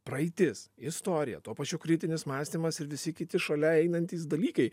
praeitis istorija tuo pačiu kritinis mąstymas ir visi kiti šalia einantys dalykai